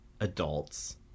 adults